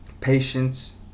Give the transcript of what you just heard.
patience